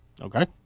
Okay